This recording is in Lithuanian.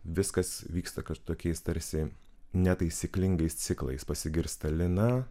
viskas vyksta kad tokiais tarsi netaisyklingais ciklais pasigirsta lina